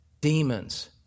Demons